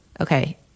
okay